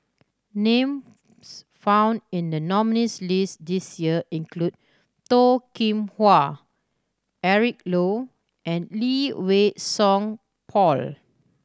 names found in the nominees' list this year include Toh Kim Hwa Eric Low and Lee Wei Song Paul